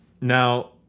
Now